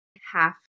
half